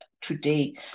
today